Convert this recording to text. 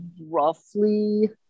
roughly